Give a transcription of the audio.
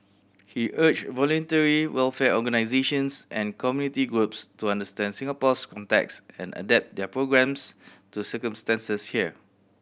he urged voluntary welfare organisations and community groups to understand Singapore's context and adapt their programmes to circumstances here